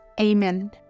Amen